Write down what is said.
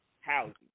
housing